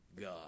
God